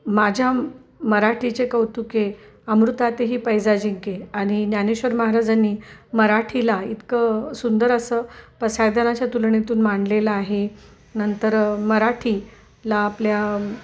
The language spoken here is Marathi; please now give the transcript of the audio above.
माझ्या मराठीचे कौतुके अमृतातही पैजा जिंके आणि ज्ञानेश्वर महाराजांनी मराठीला इतकं सुंदर असं पसायदानाच्या तुलनेतून मांडलेलं आहे नंतर मराठीला आपल्या